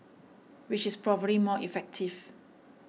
which is probably more effective